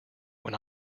when